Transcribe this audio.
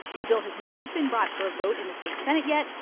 the bill has not been brought for a vote in the state senate yet.